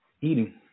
eating